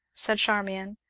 said charmian,